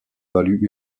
valu